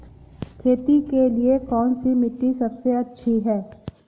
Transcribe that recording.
खेती के लिए कौन सी मिट्टी सबसे अच्छी है?